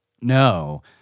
no